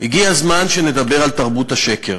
הגיע הזמן שנדבר על תרבות השקר.